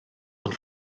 ond